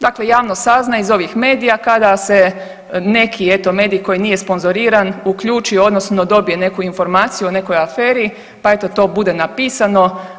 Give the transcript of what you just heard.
Dakle, javnost sazna iz ovih medija kada se neki eto medij koji nije sponzoriran uključi odnosno dobije neku informaciju o nekoj aferi, pa eto to bude napisano.